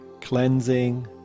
cleansing